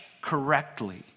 correctly